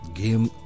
game